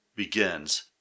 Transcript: begins